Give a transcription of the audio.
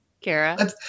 kara